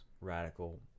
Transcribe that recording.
radical